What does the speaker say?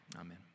Amen